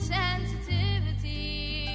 sensitivity